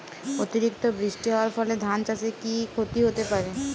অতিরিক্ত বৃষ্টি হওয়ার ফলে ধান চাষে কি ক্ষতি হতে পারে?